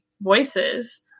voices